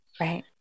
Right